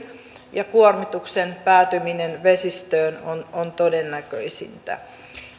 ja kuormituksen päätyminen vesistöön on todennäköisintä